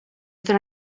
there